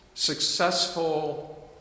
successful